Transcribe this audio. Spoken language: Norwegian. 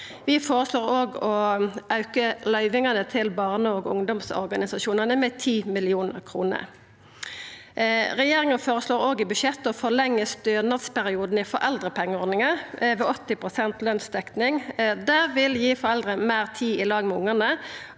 Vi føreslår òg å auka løyvingane til barne- og ungdomsorganisasjonane med 10 mill. kr. Regjeringa føreslår i budsjettet å forlengja stønadsperioden i foreldrepengeordninga ved 80 pst. lønsdekning. Det vil gi foreldre meir tid i lag med ungane,